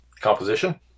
Composition